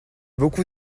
beaucoup